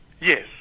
Yes